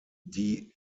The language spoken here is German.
die